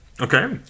Okay